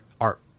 art